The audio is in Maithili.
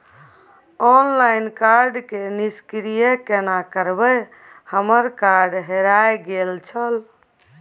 ऑनलाइन कार्ड के निष्क्रिय केना करबै हमर कार्ड हेराय गेल छल?